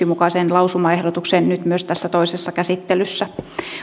mukaisen lausumaehdotuksen nyt myös tässä toisessa käsittelyssä